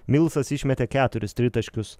milsas išmetė keturis tritaškius